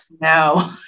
No